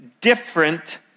different